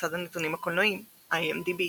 במסד הנתונים הקולנועיים IMDb